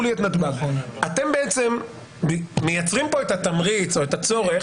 אתם מייצרים פה את התמריץ או את הצורך